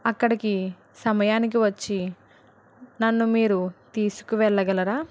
అక్కడికి సమయానికి వచ్చి నన్ను మీరు తీసుకు వెళ్ళగలరా